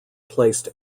placed